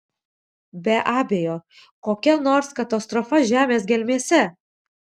be abejo kokia nors katastrofa žemės gelmėse